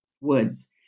woods